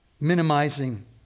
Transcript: minimizing